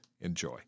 Enjoy